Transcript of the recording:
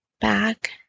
back